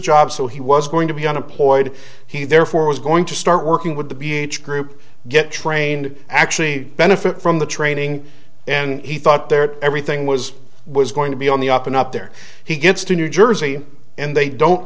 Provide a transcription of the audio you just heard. job so he was going to be unemployed he therefore was going to start working with the b h group get trained actually benefit from the training and he thought there everything was was going to be on the up and up there he gets to new jersey and they don't